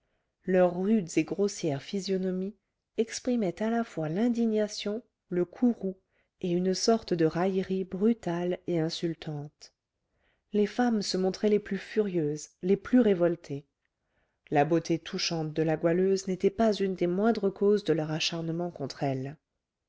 leurs rudes et grossières physionomies exprimaient à la fois l'indignation le courroux et une sorte de raillerie brutale et insultante les femmes se montraient les plus furieuses les plus révoltées la beauté touchante de la goualeuse n'était pas une des moindres causes de leur acharnement contre elle